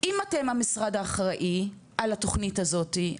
אם אתם המשרד האחראי על התוכנית הזאתי,